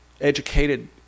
educated